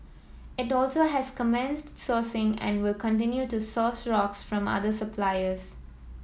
it also has commenced sourcing and will continue to source rocks from other suppliers